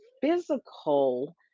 physical